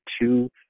two